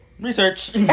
Research